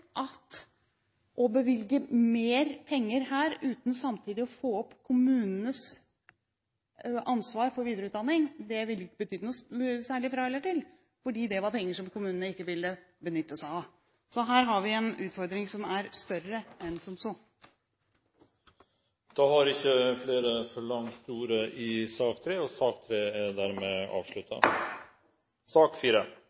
at å bevilge mer penger her – uten samtidig å få opp kommunenes ansvar for videreutdanning – ville ikke betydd noe særlig fra eller til, for det var penger kommunene ikke ville benyttet seg av. Så her har vi en utfordring som er større enn som så. Flere har ikke bedt om ordet til sak nr.3. Etter ønske fra kirke-, utdannings- og